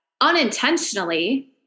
unintentionally